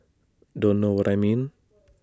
don't know what I mean